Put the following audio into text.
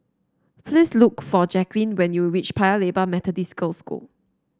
please look for Jaclyn when you reach Paya Lebar Methodist Girls' School